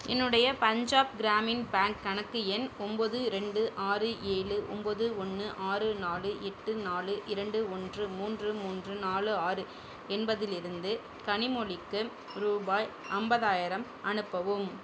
என்னுடைய பஞ்சாப் கிராமின் பேங்க் கணக்கு எண் ஒம்பது ரெண்டு ஆறு ஏழு ஒம்பது ஒன்று ஆறு நாலு எட்டு நாலு இரண்டு ஒன்று மூன்று மூன்று நாலு ஆறு என்பதிலிருந்து கனிமொழிக்கு ரூபாய் ஐம்பதாயிரம் அனுப்பவும்